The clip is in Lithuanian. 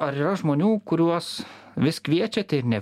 ar yra žmonių kuriuos vis kviečiate ir ne